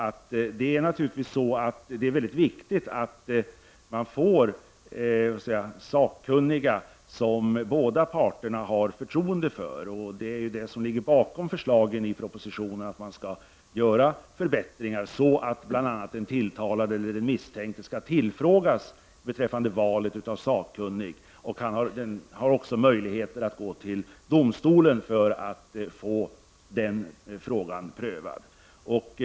Det är naturligtvis mycket viktigt att det utses sakkunniga som båda parter har förtroende för. Det är detta som ligger bakom förslagen i propositionen om att förbättringar skall ske, bl.a. så att den misstänkte skall tillfrågas beträffande valet av sakkunnig. Den misstänkte har även möjlighet att gå till domstolen för att få denna fråga prövad.